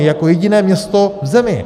Jako jediné město v zemi.